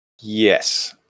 Yes